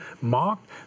mocked